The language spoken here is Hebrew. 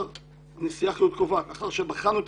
הנשיאה חיות קובעת "לאחר שבחנו את